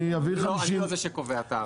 אני לא זה שקובע את ההערכה.